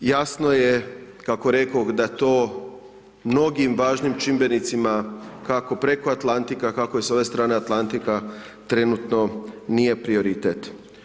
Jasno je kako rekoh da to mnogim važnim čimbenicima, kako preko Atlantika, kako je s ove strane Atlantika trenutno nije prioritet.